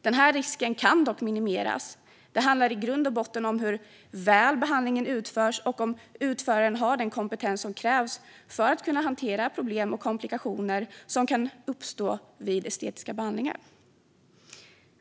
Den här risken kan dock minimeras. Det handlar i grund och botten om hur väl behandlingen utförs och om utföraren har den kompetens som krävs för att kunna hantera de problem och komplikationer som kan uppstå vid estetiska behandlingar.